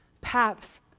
paths